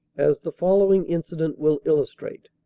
as the following incident will illustrate.